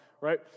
Right